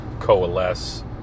coalesce